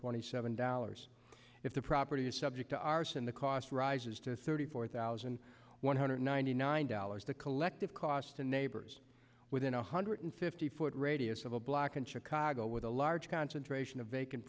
twenty seven dollars if the property is subject to arson the cost rises to thirty four thousand one hundred ninety nine dollars the collective cost to neighbors within one hundred fifty foot radius of a block in chicago with a large concentration of vaca